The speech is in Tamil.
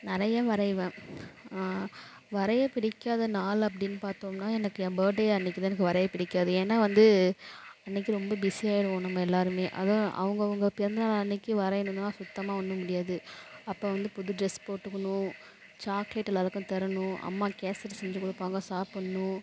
நிறைய வரைவேன் வரைய பிடிக்காத நாள் அப்படின் பார்த்தோம்னா எனக்கு என் பர்த்டே அன்னைக்கு தான் எனக்கு வரைய பிடிக்காது ஏன்னா வந்து அன்னைக்கு ரொம்ப பிஸி ஆயிடுவோம் நம்ம எல்லாருமே அதுவும் அவங்கவுங்க பிறந்தநாள் அன்னைக்கு வரையணுன்னா சுத்தமாக ஒன்னும் முடியாது அப்போ வந்து புது ட்ரெஸ் போட்டுக்கணும் சாக்லேட் எல்லோருக்கும் தரணும் அம்மா கேசரி செஞ்சிக் கொடுப்பாங்க சாப்பிட்ணும்